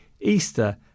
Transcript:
Easter